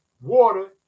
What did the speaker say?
water